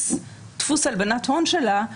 בדפוס הלבנת ההון שלה,